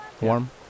Warm